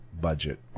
budget